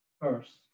first